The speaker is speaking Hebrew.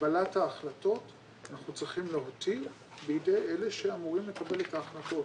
קבלת ההחלטות אנחנו צריכים להותיר בידי אלה שאמורים לקבל את ההחלטות.